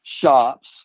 shops